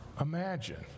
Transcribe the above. Imagine